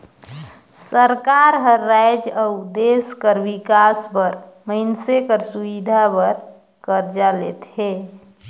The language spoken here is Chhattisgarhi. सरकार हर राएज अउ देस कर बिकास बर मइनसे कर सुबिधा बर करजा लेथे